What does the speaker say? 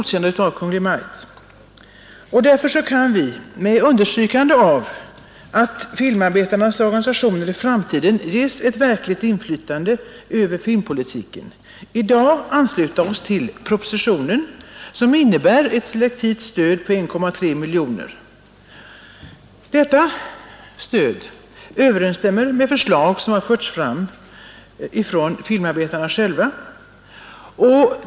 Därför kan vi, med understrykande av att filmarbetarnas organisationer i framtiden bör ges ett verkligt inflytande över filmpolitiken, i dag ansluta oss till propositionen, som innebär ett selektivt stöd med 1,3 miljoner kronor. Detta stöd överensstämmer med förslag som har förts fram av filmarbetarna själva.